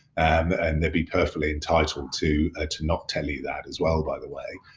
and they'd be perfectly entitled to ah to not tell you that as well, by the way.